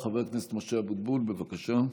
חבר הכנסת משה אבוטבול, בבקשה.